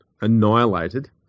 annihilated